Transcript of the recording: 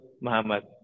Muhammad